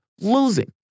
losing